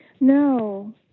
No